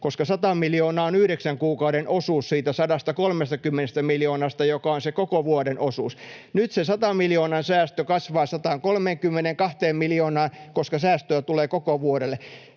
koska 100 miljoonaa on yhdeksän kuukauden osuus siitä 130 miljoonasta, joka on se koko vuoden osuus. Nyt se 100 miljoonan säästö kasvaa 132 miljoonaan, koska säästöä tulee koko vuodelle.